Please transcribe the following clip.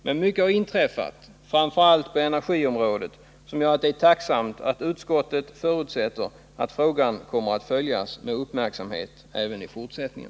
Men mycket har inträffat, framför allt på energiområdet, som gör att det är tacknämligt att utskottet förutsätter att frågan kommer att följas med uppmärksamhet även i fortsättningen.